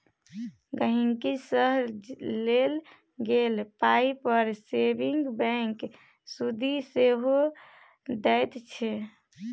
गांहिकी सँ लेल गेल पाइ पर सेबिंग बैंक सुदि सेहो दैत छै